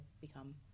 become